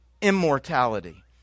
immortality